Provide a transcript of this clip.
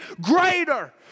greater